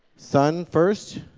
son, first,